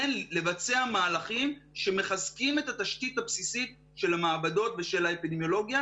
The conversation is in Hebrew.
כן לבצע מהלכים שמחזקים את התשתית הבסיסית של המעבדות ושל האפידמיולוגיה